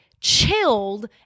chilled